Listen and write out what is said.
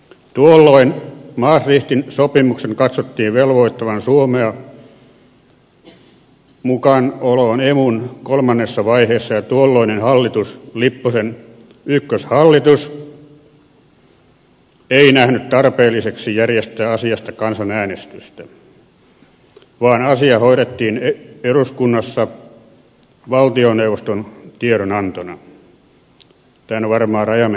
tuolloin maastrichtin sopimuksen katsottiin velvoittavan suomea mukanaoloon emun kolmannessa vaiheessa ja tuolloinen lipposen ykköshallitus ei nähnyt tarpeelliseksi järjestää asiasta kansanäänestystä vaan asia hoidettiin eduskunnassa valtioneuvoston tiedonantona tämän varmaan rajamäkikin muistaa